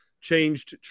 changed